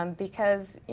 um because